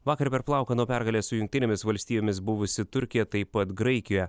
vakar per plauką nuo pergalės su jungtinėmis valstijomis buvusi turkija taip pat graikija